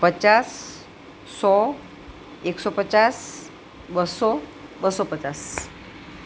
પચાસ સો એકસો પચાસ બસો બસો પચાસ